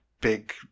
big